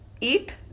eat